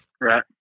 Right